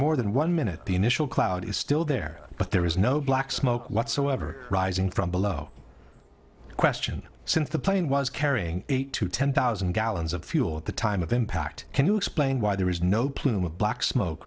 more than one minute the initial cloud is still there but there is no black smoke whatsoever rising from below question since the plane was carrying eight to ten thousand gallons of fuel at the time of impact can you explain why there is no plume of black smoke